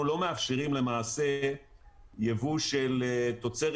אנחנו לא מאפשרים למעשה יבוא של תוצרת